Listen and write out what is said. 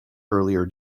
earlier